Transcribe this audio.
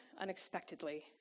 unexpectedly